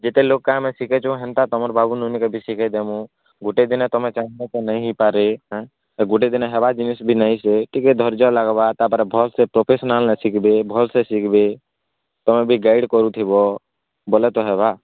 ଯେତେ ଲୋକ୍ ଆମେ ଶିଖେଇଛୁ ହେନ୍ତା ତମର ବାବୁ ନନିକେ ବି ଶିଖେଇ ଦେମୁଁ ଗୋଟେ ଦିନରେ ଚାହିଁଲେ ନାଇଁ ହେଇପାରେ ଏଁ ଗୋଟେ ଦିନେ ହେବା ଜିନିଷ ବି ନେଇ ସେ ଟିକେ ଧର୍ଯ୍ୟ ଲାଗ୍ବା ତାପରେ ଭଲ୍ସେ ପ୍ରଫେସନାଲ୍ ନାଚିବେ ଭଲ୍ସେ ଶିଖିବେ ତୁମେ ବି ଗାଇଡ୍ କରୁଥିବ ବୋଲେ ତ ହେବା